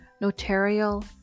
notarial